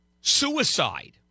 suicide